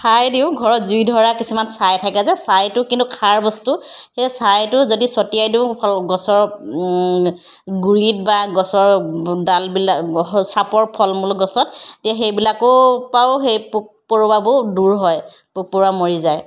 চাই দিওঁ ঘৰত জুই ধৰা কিছুমান চাই থাকে যে চাইটো কিন্তু খাৰ বস্তু সেই চাইটো যদি ছটিয়াই দিওঁ গছৰ গুৰিত বা গছৰ ডালবিলাক চাপৰ ফল মূল গছত তেতিয়া সেইবিলাকো পাও সেই পোক পৰুৱাবোৰ দূৰ হয় পোক পৰুৱা মৰি যায়